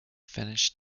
finnish